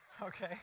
Okay